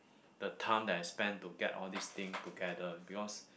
the time that I spend to get all these thing together because